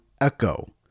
echo